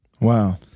wow